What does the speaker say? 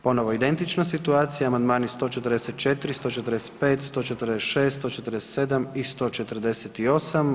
Ponovo identična situacija, amandmani 144., 145., 146., 147. i 148.